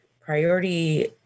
priority